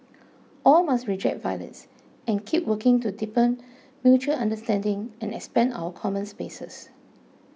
all must reject violence and keep working to deepen mutual understanding and expand our common spaces